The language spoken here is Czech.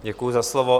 Děkuji za slovo.